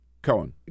Cohen